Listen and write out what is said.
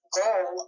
goal